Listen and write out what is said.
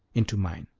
into mine.